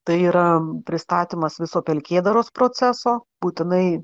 tai yra pristatymas viso pelkėdaros proceso būtinai